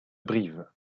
brive